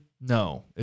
No